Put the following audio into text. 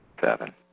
Seven